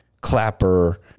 Clapper